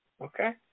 Okay